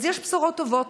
אז יש בשורות טובות.